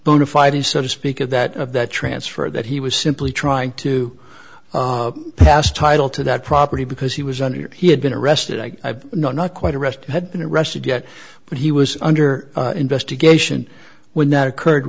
bona fide is so to speak of that of that transfer or that he was simply trying to pass title to that property because he was under he had been arrested i know not quite arrest had been arrested yet but he was under investigation when that occurred